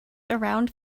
around